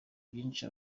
byinshi